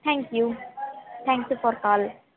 thank you thank you for call